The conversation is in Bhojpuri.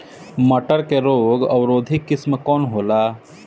मटर के रोग अवरोधी किस्म कौन होला?